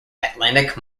atlantic